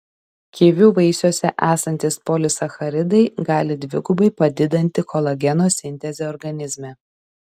kivių vaisiuose esantys polisacharidai gali dvigubai padidinti kolageno sintezę organizme